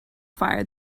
fire